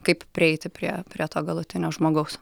kaip prieiti prie prie to galutinio žmogaus